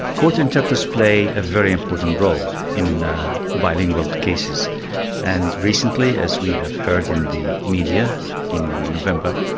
court interpreters play a very important role in bilingual cases and recently, as we have heard in the media in november,